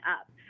up